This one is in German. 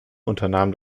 unternahm